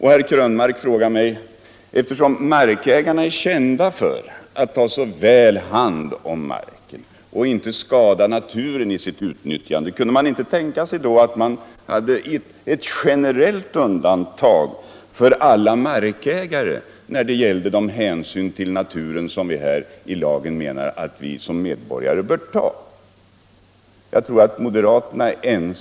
Herr Krönmark frågar om man inte kunde tänka sig ett generellt undantag för alla markägare när det gäller de hänsyn till naturen, som vi genom lagstiftningen menar att vi som medborgare bör ta, eftersom markägarna är kända för att ta så väl hand om marken.